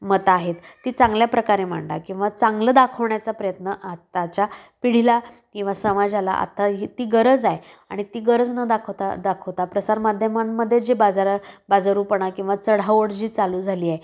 मत आहेत ती चांगल्या प्रकारे मांडा किंवा चांगलं दाखवण्याचा प्रयत्न आत्ताच्या पिढीला किंवा समाजाला आत्ता ही ती गरज आहे आणि ती गरज न दाखवता दाखवता प्रसारमाध्यमांमध्ये जे बाजारा बाजारूपणा किंवा चढाओढ जी चालू झाली आहे